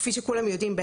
כפי שכולם יודעים,